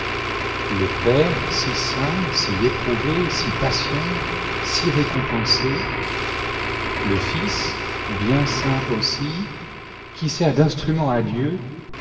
le père si saint si éprouvé si patient si récompensé le fils bien saint aussi qui sert d'instrument à dieu